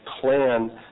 plan